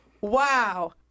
Wow